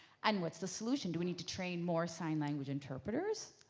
and what is the solution? do we need to train more sign language interpreters?